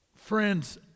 Friends